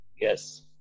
Yes